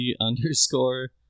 underscore